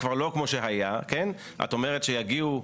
ולא להתחיל לחפש